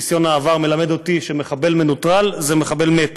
ניסיון העבר מלמד אותי שמחבל מנוטרל זה מחבל מת.